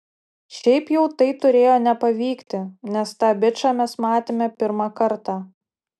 šiaip jau tai turėjo nepavykti nes tą bičą mes matėme pirmą kartą